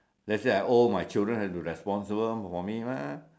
let's say I old my children have to responsible for me mah